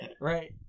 right